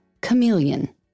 Chameleon